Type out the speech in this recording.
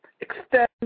extend